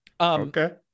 okay